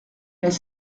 est